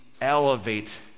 elevate